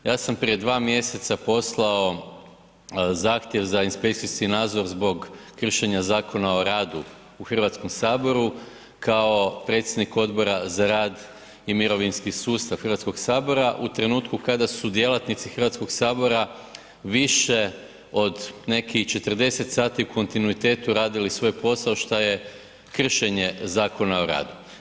Ja sam prije 2 mjeseca poslao zahtjev za inspekcijski nadzor zbog kršenja Zakona o radu u Hrvatskom saboru kao predsjednik Odbora za rad i mirovinski sustav Hrvatskog sabora u trenutku kada su djelatnici Hrvatskog sabora više od nekih 40 sati u kontinuitetu radili svoj posao šta je kršenje Zakona o radu.